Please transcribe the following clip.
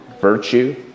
virtue